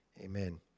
Amen